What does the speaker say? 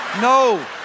no